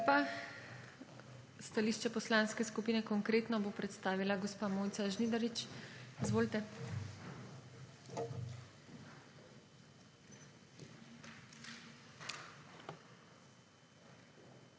lepa. Stališče Poslanske skupine Konkretno bo predstavila gospa Mojca Žnidarič. Izvolite.